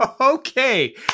Okay